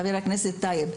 חבר הכנסת טייב.